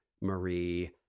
Marie